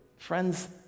Friends